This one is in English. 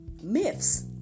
myths